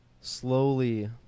slowly